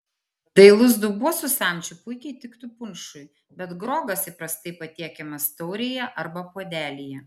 dailus dubuo su samčiu puikiai tiktų punšui bet grogas įprastai patiekiamas taurėje arba puodelyje